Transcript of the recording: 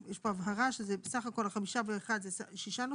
יש פה הבהרה שזה בסך אחד 6% אחוזים נוספים,